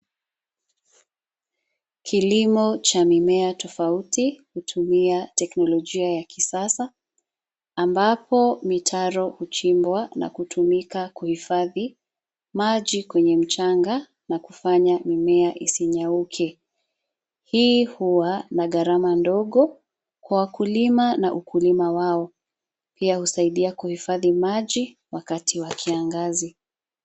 Kilimo cha mimea tofauti hutumia teknolojia ya kisasa ambapo mitaro huchimbwa na kutumika kuhifadhi maji kwenye mchanga na kufanya mimea isinyauke. Hii huwa na gharama ndogo kwa wakulima na ukulima wao. Pia husaidia kuhifadhi maji wakati wa kiangazi.